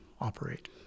operate